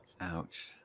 Ouch